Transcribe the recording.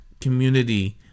community